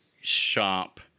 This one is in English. sharp